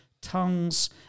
tongues